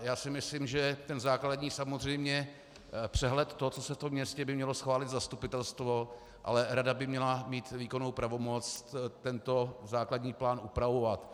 Já si myslím, že ten základní přehled toho, co se ve městě koná, by mělo schválit zastupitelstvo, ale rada by měla mít výkonnou pravomoc tento základní plán upravovat.